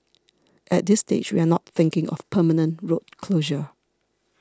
at this stage we are not thinking of permanent road closure